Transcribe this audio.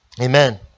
Amen